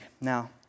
Now